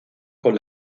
con